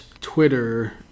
Twitter